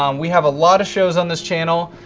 um we have a lot of shows on this channel,